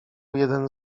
jeden